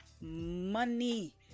money